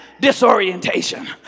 disorientation